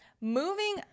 moving